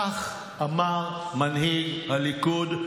כך אמר מנהיג הליכוד,